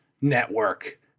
network